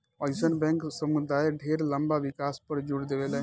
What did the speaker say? अइसन बैंक समुदाय ढेर लंबा विकास पर जोर देवेला